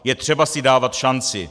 Je třeba si dávat šanci.